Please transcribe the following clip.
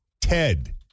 Ted